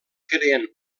creen